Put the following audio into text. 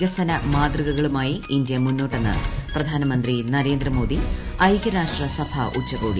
വികസന മാതൃകകളുമായി ഇന്ത്യ മുന്നോട്ടെന്ന് പ്രധാനമന്ത്രി നരേന്ദ്രമോദി ഐക്യരാഷ്ട്ര സഭാ ഉച്ചകോടിയിൽ